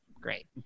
great